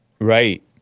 Right